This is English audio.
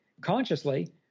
consciously